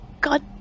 God